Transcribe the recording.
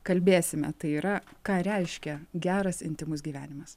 kalbėsime tai yra ką reiškia geras intymus gyvenimas